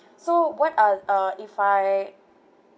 so what are uh if I